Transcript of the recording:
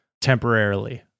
temporarily